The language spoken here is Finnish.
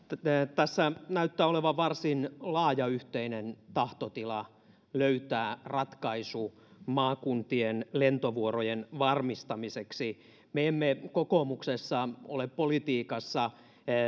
tässä näyttää olevan varsin laaja yhteinen tahtotila löytää ratkaisu maakuntien lentovuorojen varmistamiseksi me kokoomuksessa emme ole politiikassa